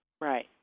Right